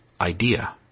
idea